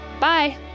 Bye